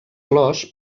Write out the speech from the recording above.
flors